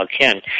Ken